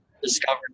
discovered